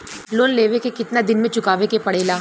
Loan लेवे के कितना दिन मे चुकावे के पड़ेला?